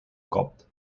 copte